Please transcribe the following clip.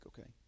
Okay